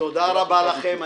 תודה רבה לכם.